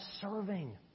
serving